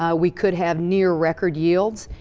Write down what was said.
ah we could have near record yields.